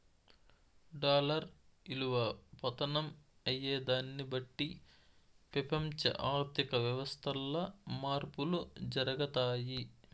dollar ఇలువ పతనం అయ్యేదాన్ని బట్టి పెపంచ ఆర్థిక వ్యవస్థల్ల మార్పులు జరగతాయి